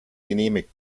genehmigt